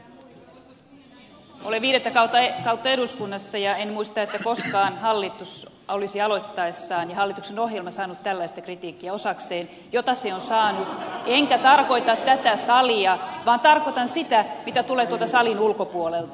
olen viidettä kautta eduskunnassa ja en muista että koskaan hallitus aloittaessaan ja hallituksen ohjelma olisi saanut tällaista kritiikkiä osakseen jota se on saanut enkä tarkoita tätä salia vaan tarkoitan sitä mitä tulee tuolta salin ulkopuolelta